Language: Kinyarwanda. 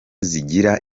zigira